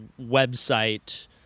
website